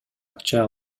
акча